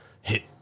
hit